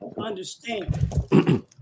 understand